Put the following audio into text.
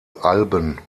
alben